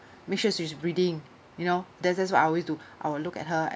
make sure she is breathing you know that's that's what I always do I will look at her